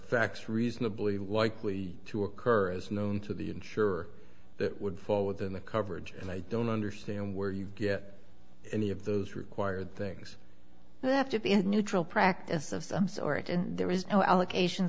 facts reasonably likely to occur as known to the ensure that would fall within the coverage and i don't understand where you get any of those required things that have to be in new trial practice of some sort and there is no allocations